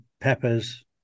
peppers